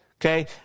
Okay